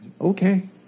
okay